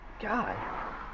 God